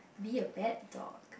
be a bad dog